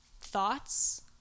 thoughts